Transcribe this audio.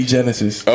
Genesis